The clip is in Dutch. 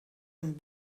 een